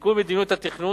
לעדכון מדיניות התכנון,